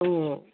अँ